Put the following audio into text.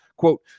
Quote